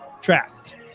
trapped